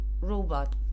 robot